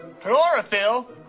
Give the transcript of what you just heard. Chlorophyll